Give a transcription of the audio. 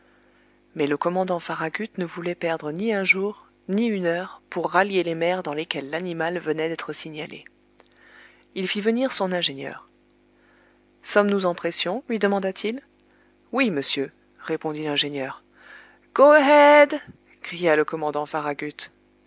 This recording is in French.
mais le commandant farragut ne voulait perdre ni un jour ni une heure pour rallier les mers dans lesquelles l'animal venait d'être signalé il fit venir son ingénieur sommes-nous en pression lui demanda-t-il oui monsieur répondit l'ingénieur go ahead cria le commandant farragut